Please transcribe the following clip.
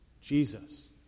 Jesus